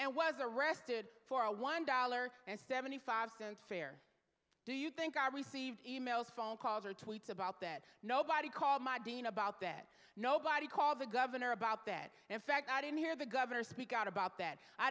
and was arrested for a one dollar and seventy five cent fare do you think are received e mails phone calls or tweets about that nobody called my dean about that nobody called the governor about that in fact i didn't hear the governor speak out about that i